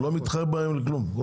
כל